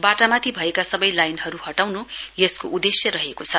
बाटामाथि भएका सब लानइनहरू हटाउन् यसको उद्देश्य रहेको छ